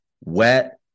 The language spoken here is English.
wet